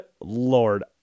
lord